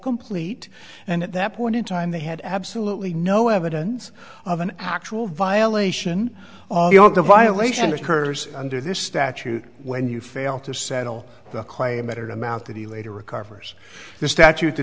complete and at that point in time they had absolutely no evidence of an actual violation of the violation of hers under this statute when you fail to settle the claim better amount that he later recovers the statute the